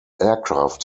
aircraft